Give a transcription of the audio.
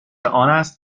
آنست